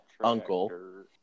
uncle